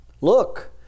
look